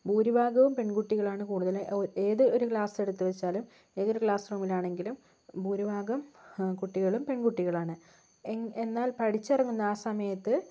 ഭൂരിഭാഗവും പെൺകുട്ടികളാണ് കൂടുതലും ഏതൊരു ക്ലാസ് എടുത്തു വെച്ചാലും ഏതൊരു ക്ലാസ് റൂമിലാണെങ്കിലും ഭൂരിഭാഗം കുട്ടികളും പെൺകുട്ടികളാണ് എന്നാൽ പഠിച്ചിറങ്ങുന്ന ആ സമയത്ത്